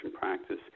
practice